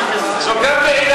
שלך פה בכנסת.